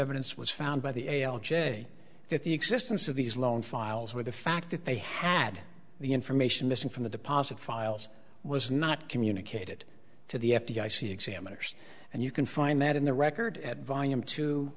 evidence was found by the a l j that the existence of these loan files where the fact that they had the information missing from the deposit files was not communicated to the f d i c examiners and you can find that in the record at volume t